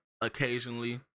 occasionally